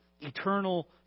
eternal